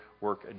work